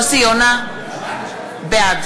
בעד שלי יחימוביץ, בעד